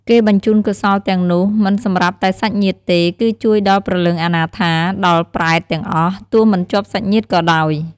គេបញ្ជូនកុសលទាំងនោះមិនសម្រាប់តែសាច់ញាតិទេ គឺជួយដល់ព្រលឹងអនាថា ដល់ប្រេតទាំងអស់ ទោះមិនជាប់សាច់ញាតិក៏ដោយ។